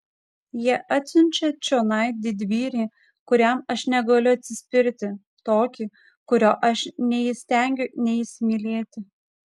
jie atsiunčia čionai didvyrį kuriam aš negaliu atsispirti tokį kurio aš neįstengiu neįsimylėti